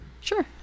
Sure